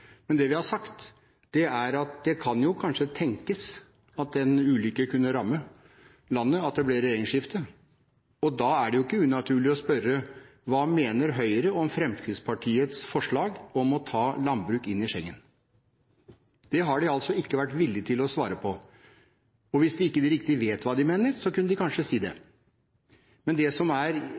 Det vi har sagt, er at det jo kan tenkes at den ulykke kunne ramme landet at det ble et regjeringsskifte, og da er det ikke unaturlig å spørre: Hva mener Høyre om Fremskrittspartiets forslag om å ta landbruk inn i Schengen? Det har de altså ikke vært villige til å svare på. Hvis de ikke riktig vet hva de mener, kunne de kanskje si det. Men det som gjenstår etter denne debatten, er